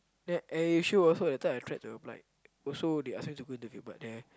then AirAsia also that time I tried to apply also they ask me to go interview but then